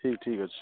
ଠିକ୍ ଠିକ୍ ଅଛି